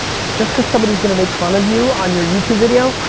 just cause somebody's gonna make fun of you on your youtube video,